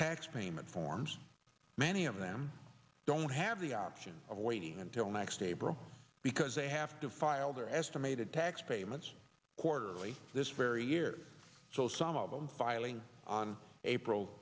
tax payment forms many of them don't have the option of waiting until next april because they have to file their estimated tax payments quarterly this very year so some of them filing on april